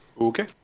okay